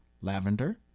Lavender